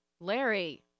Larry